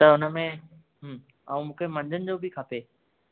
त उन में ऐं मूंखे मंझंदि जो बि खपे